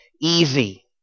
easy